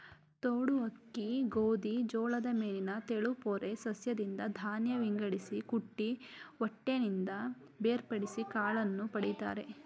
ತೌಡು ಅಕ್ಕಿ ಗೋಧಿ ಜೋಳದ ಮೇಲಿನ ತೆಳುಪೊರೆ ಸಸ್ಯದಿಂದ ಧಾನ್ಯ ವಿಂಗಡಿಸಿ ಕುಟ್ಟಿ ಹೊಟ್ಟಿನಿಂದ ಬೇರ್ಪಡಿಸಿ ಕಾಳನ್ನು ಪಡಿತರೆ